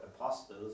apostles